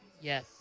Yes